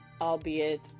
albeit